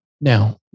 Now